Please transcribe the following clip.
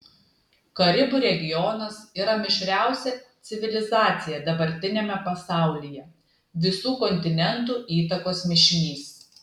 karibų regionas yra mišriausia civilizacija dabartiniame pasaulyje visų kontinentų įtakos mišinys